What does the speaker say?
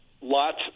lots